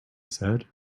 said